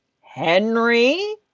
Henry